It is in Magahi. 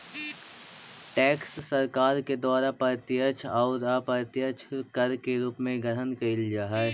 टैक्स सरकार के द्वारा प्रत्यक्ष अउ अप्रत्यक्ष कर के रूप में ग्रहण कैल जा हई